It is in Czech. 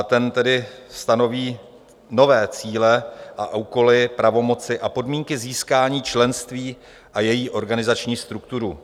Ten stanoví nové cíle a úkoly, pravomoci a podmínky získání členství a její organizační strukturu.